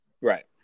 Right